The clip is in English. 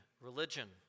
religion